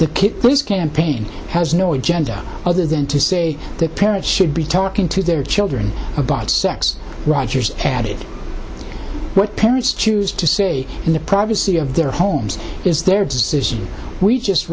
place campaign has no agenda other than to say that parents should be talking to their children about sex rogers added what parents choose to say in the privacy of their homes is their decision we just